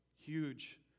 huge